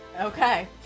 Okay